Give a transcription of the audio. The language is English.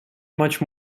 much